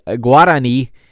Guarani